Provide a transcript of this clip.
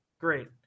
Great